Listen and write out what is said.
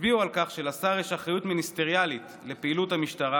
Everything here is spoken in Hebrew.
הצביעה על כך שלשר יש אחריות מיניסטריאלית לפעילות המשטרה